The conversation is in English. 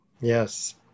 Yes